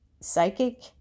Psychic